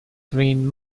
green